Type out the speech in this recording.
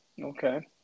Okay